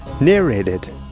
Narrated